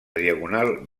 diagonal